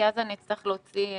כי אז אני אצטרך להוציא החוצה.